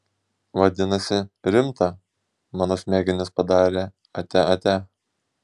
vadinasi rimta mano smegenys padarė atia atia